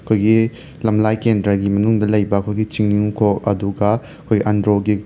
ꯑꯩꯈꯣꯏꯒꯤ ꯂꯝꯂꯥꯏ ꯀꯦꯟꯗ꯭ꯔꯒꯤ ꯃꯅꯨꯡꯗ ꯂꯩꯕ ꯑꯩꯈꯣꯏꯒꯤ ꯆꯤꯡꯅꯨꯡꯀꯣꯛ ꯑꯗꯨꯒ ꯑꯩꯈꯣꯏꯒꯤ ꯑꯟꯗ꯭ꯔꯣꯒꯤ